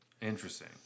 interesting